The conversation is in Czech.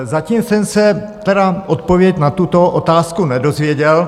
Zatím jsem se tedy odpověď na tuto otázku nedozvěděl.